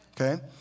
Okay